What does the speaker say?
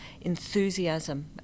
enthusiasm